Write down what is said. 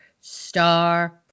star